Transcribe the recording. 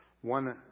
one